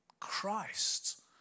Christ